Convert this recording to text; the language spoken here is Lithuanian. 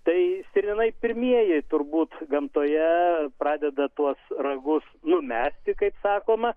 tai stirninai pirmieji turbūt gamtoje pradeda tuos ragus numesti kaip sakoma